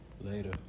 Later